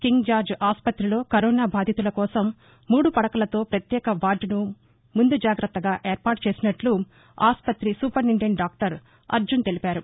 king George ఆసుపుతిలో corona బాధితుల కోసం మూడు పడకలతో ప్రత్యేక వార్గును ముందు జాగ్రత్తగా ఏర్పాటు చేసినట్లు ఆసుపత్రి సూపరింటెందెంట్ డాక్టర్ అర్జన్ తెలిపారు